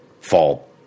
fall